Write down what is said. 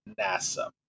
NASA